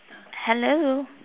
hello